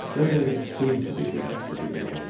though they seem to begin at the beginning,